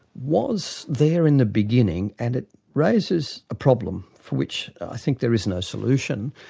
was there in the beginning and it raises a problem for which i think there is no solution,